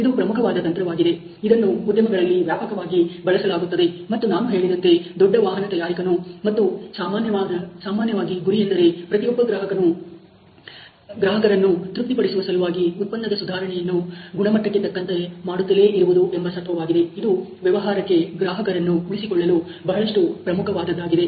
ಇದು ಪ್ರಮುಖವಾದ ತಂತ್ರವಾಗಿದೆ ಇದನ್ನು ಉದ್ಯಮಗಳಲ್ಲಿ ವ್ಯಾಪಕವಾಗಿ ಬಳಸಲಾಗುತ್ತದೆ ಮತ್ತು ನಾನು ಹೇಳಿದಂತೆ ದೊಡ್ಡ ವಾಹನ ತಯಾರಕನು ಮತ್ತು ಸಾಮಾನ್ಯವಾಗಿ ಗುರಿಯೆಂದರೆ ಪ್ರತಿಯೊಬ್ಬ ಗ್ರಾಹಕರನ್ನು ತೃಪ್ತಿ ಪಡಿಸುವ ಸಲುವಾಗಿ ಉತ್ಪನ್ನದ ಸುಧಾರಣೆಯನ್ನು ಗುಣಮಟ್ಟಕ್ಕೆ ತಕ್ಕಂತೆ ಮಾಡುತ್ತಲೇ ಇರುವುದು ಎಂಬ ಸತ್ವವಾಗಿದೆ ಇದು ವ್ಯವಹಾರಕ್ಕೆ ಗ್ರಾಹಕರನ್ನು ಉಳಿಸಿಕೊಳ್ಳಲು ಬಹಳಷ್ಟು ಪ್ರಮುಖವಾದದ್ದಾಗಿದೆ